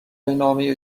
نامه